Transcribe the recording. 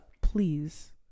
please